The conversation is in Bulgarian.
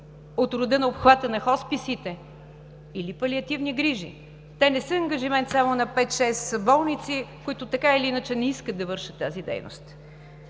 от рода на обхвата на хосписите или палиативни грижи. Те не са ангажимент само на пет-шест болници, които така или иначе не искат да вършат тази дейност.